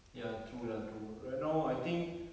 ya true lah true right now I think